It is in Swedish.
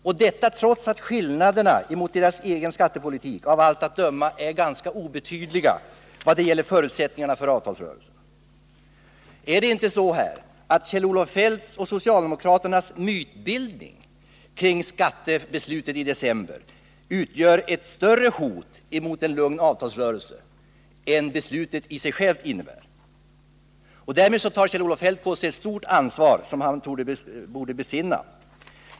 Det gör man trots att skillnaderna mot deras egen skattepolitik av allt att döma är ganska obetydliga vad gäller förutsättningarna för avtalsrörelsen. Är det inte så att Kjell-Olof Feldts och socialdemokraternas mytbildning kring skattebeslutet i december utgör ett större hot mot en avtalsrörelse än beslutet i sig självt? Därmed tar Kjell-Olof Feldt, vilket han borde besinna, på sig ett stort ansvar.